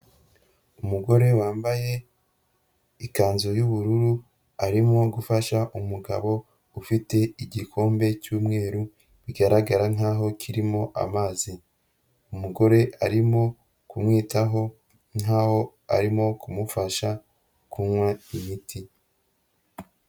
Umugore wambaye ikanzu y'ubururu arimo gufasha umugabo ufite igikombe cy'umweru, bigaragara nkaho kirimo amazi. Umugore arimo kumwitaho nkaho arimo kumufasha kunywa imiti.